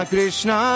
Krishna